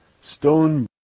Stone